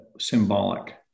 symbolic